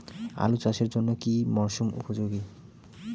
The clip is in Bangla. আলু চাষের জন্য কি মরসুম উপযোগী?